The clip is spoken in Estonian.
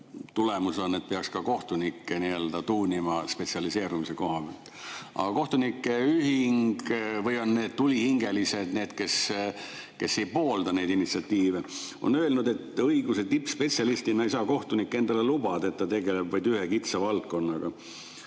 tulemus, et peaks ka kohtunikke tuunima spetsialiseerimise koha pealt. Aga kohtunike ühing või need tulihingelised, need, kes ei poolda neid initsiatiive, on öelnud, et õiguse tippspetsialistina ei saa kohtunik endale lubada, et ta tegeleb vaid ühe kitsa valdkonnaga.